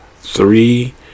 three